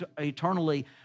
eternally